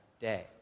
day